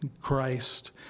Christ